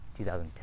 2010